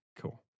Cool